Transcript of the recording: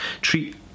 treat